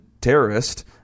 terrorist